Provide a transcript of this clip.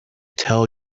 tell